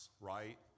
right